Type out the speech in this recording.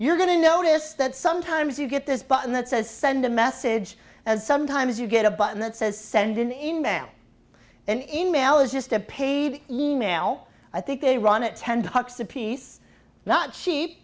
you're going to notice that sometimes you get this button that says send a message as sometimes you get a button that says send an email in mail is just a paid email i think they run it ten docs a piece not cheap